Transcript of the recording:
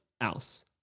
else